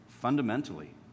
fundamentally